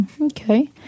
Okay